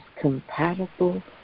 compatible